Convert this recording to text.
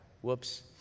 whoops